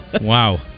Wow